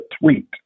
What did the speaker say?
tweet